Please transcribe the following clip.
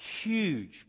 huge